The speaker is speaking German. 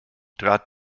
trat